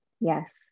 Yes